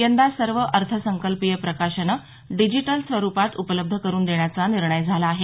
यंदा सर्व अर्थसंकल्पीय प्रकाशनं डिजीटल स्वरुपात उपलब्ध करुन देण्याचा निर्णय झाला आहे